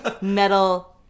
metal